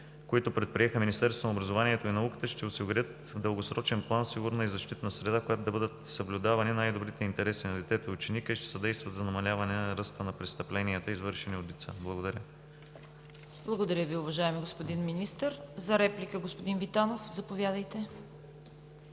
които предприе Министерството на образованието и науката, ще осигурят в дългосрочен план сигурна и защитна среда, в която да бъдат съблюдавани най-добрите интереси на детето и ученика и ще съдействат за намаляване на ръста на престъпленията, извършени от деца. Благодаря. ПРЕДСЕДАТЕЛ ЦВЕТА КАРАЯНЧЕВА: Благодаря Ви, уважаеми господин Министър. За реплика – господин Витанов, заповядайте.